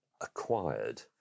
acquired